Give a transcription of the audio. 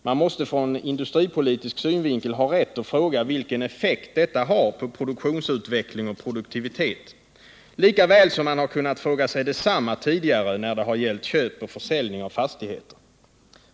Man måste ur industripolitisk synvinkel ha rätt att fråga vilken effekt detta har på produktionsutveckling och produktivitet, lika väl som man har kunnat fråga sig detsamma tidigare när det har gällt köp och försäljning av fastigheter.